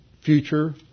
future